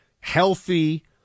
healthy